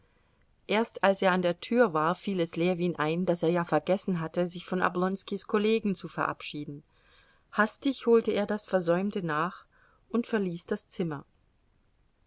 erst als er an der tür war fiel es ljewin ein daß er ja vergessen hatte sich von oblonskis kollegen zu verabschieden hastig holte er das versäumte nach und verließ das zimmer